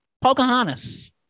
Pocahontas